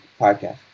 podcast